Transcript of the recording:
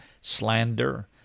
slander